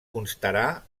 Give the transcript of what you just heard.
constarà